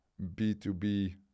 B2B